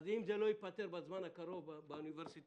אם זה לא ייפתר בזמן הקרוב באוניברסיטאות